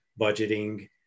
budgeting